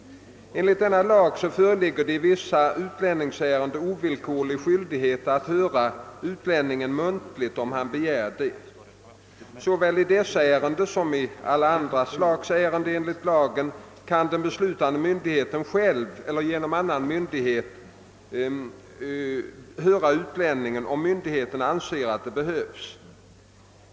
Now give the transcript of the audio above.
Enligt denna lag föreligger i vissa utlänningsärenden ovillkorlig skyldighet att höra utlänningen muntligen, om han begär det. Såväl i dessa ärenden som i alla andra slags ärenden enligt lagen kan den beslutande myndigheten, själv eller genom annan myndighet, höra utlänningen om myndigheten anser att det behövs.